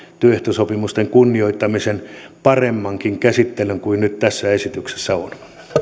työehtosopimusten kunnioittamisen paremmankin käsittelyn kuin nyt tässä esityksessä on